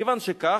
כיוון שכך,